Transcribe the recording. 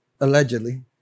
allegedly